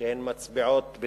שמצביעות,